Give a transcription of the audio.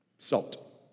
Salt